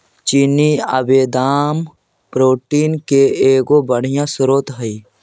चिनिआबेदाम protein के एगो बढ़ियाँ स्रोत हई